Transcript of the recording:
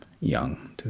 Young